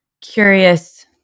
curious